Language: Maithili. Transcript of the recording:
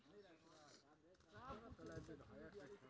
अनाज के भण्डार के लेल केतना नमि के जरूरत छला?